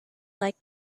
like